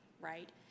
right